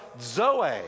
Zoe